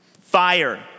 Fire